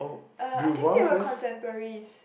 uh I think they were contemporaries